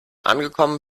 angekommen